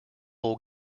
will